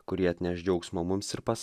kurie atneš džiaugsmo mums ir pas